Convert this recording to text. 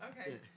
Okay